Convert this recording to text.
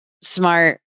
smart